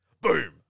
Boom